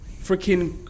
freaking